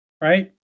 right